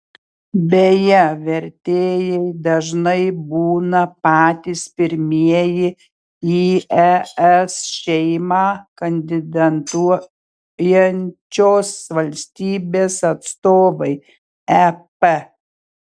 beje vertėjai dažnai būna patys pirmieji į es šeimą kandidatuojančios valstybės atstovai ep